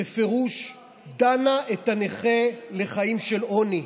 בפירוש דנה את הנכה לחיים של עוני.